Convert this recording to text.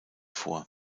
vor